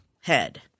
head